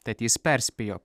tad jis perspėjo